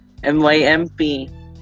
MYMP